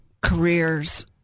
careers